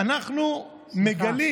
אנחנו מגלים